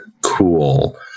cool